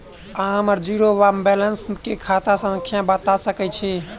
अहाँ हम्मर जीरो वा बैलेंस केँ खाता संख्या बता सकैत छी?